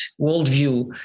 worldview